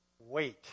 wait